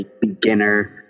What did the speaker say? beginner